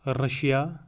Russia